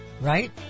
Right